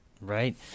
Right